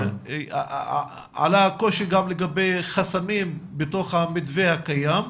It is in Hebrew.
עלה קושי גם לגבי חסמים בתוך המתווה הקיים,